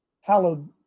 hallowed